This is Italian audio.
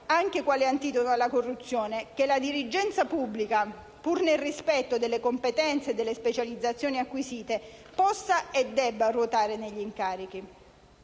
anche quale antidoto alla corruzione, che la dirigenza pubblica, pur nel rispetto delle competenze e delle specializzazioni acquisite, possa e debba ruotare negli incarichi.